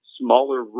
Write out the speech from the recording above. smaller